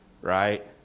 Right